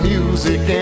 music